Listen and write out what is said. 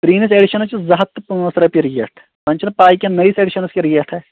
پرٛٲنس editions چھِ زٕ ہتھ تہٕ پانژھ رۄپیہ ریٹ وۄںۍ چھنہِ پاے کیٚنٛہہ نٔیِس ایٚڈِشنس کیاہ ریٹ آسہِ